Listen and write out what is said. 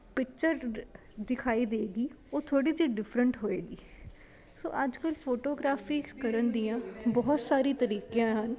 picture ਦਿਖਾਈ ਦੇਗੀ ਉਹ ਥੋੜ੍ਹੀ ਜਿਹੀ ਡਿਫਰੈਂਟ ਹੋਏਗੀ ਸੋ ਅੱਜ ਕੱਲ੍ਹ ਫੋਟੋਗ੍ਰਾਫੀ ਕਰਨ ਦੀਆਂ ਬਹੁਤ ਸਾਰੀ ਤਰੀਕਿਆਂ ਹਨ